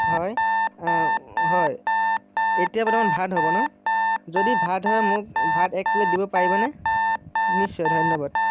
হয় হয় এতিয়া বৰ্তমান ভাত হ'ব ন যদি ভাত হয় মোক ভাত এক প্লেট দিব পাৰিব নে নিশ্চয় ধন্যবাদ